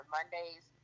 Mondays